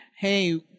Hey